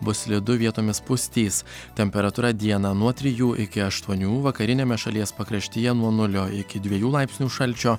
bus slidu vietomis pustys temperatūra dieną nuo trijų iki aštuonių vakariniame šalies pakraštyje nuo nulio iki dviejų laipsnių šalčio